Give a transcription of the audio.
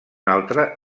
altre